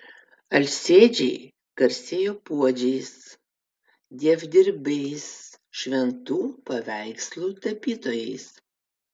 alsėdžiai garsėjo puodžiais dievdirbiais šventų paveikslų tapytojais